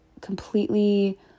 completely